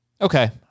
Okay